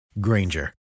Granger